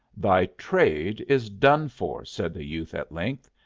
thy trade is done for, said the youth, at length.